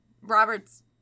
Robert's